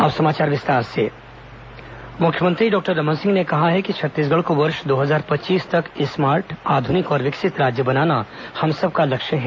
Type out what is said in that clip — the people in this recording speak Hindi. अटल विकास यात्रा मुख्यमंत्री डॉक्टर रमन सिंह ने कहा है कि छत्तीसगढ़ को वर्ष दो हजार पच्चीस तक स्मार्ट आधुनिक और विकसित राज्य बनाना हम सबका लक्ष्य है